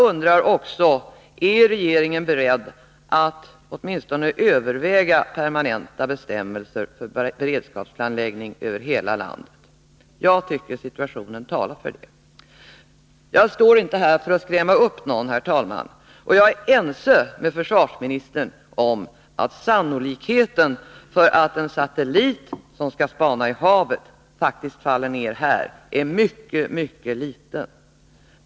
Vidare: Är regeringen beredd att åtminstone överväga att införa permanenta bestämmelser för beredskapsplanläggning över hela landet? Jag tycker att situationen talar för det. Jag står inte här och talar för att skrämma upp någon, herr talman, och jag är överens med försvarsministern om att det är högst osannolikt att en satellit som skall spana i havet faktiskt faller ned här.